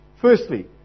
Firstly